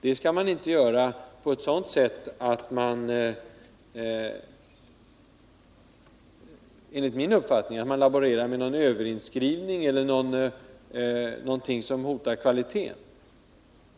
Det skall man enligt min uppfattning inte göra på ett sådant sätt att man laborerar med överinskrivning eller någonting som hotar kvaliteten.